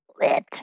lit